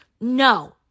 No